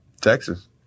Texas